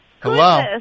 Hello